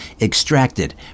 extracted